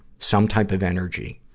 some type of energy,